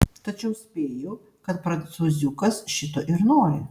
tačiau spėju kad prancūziukas šito ir nori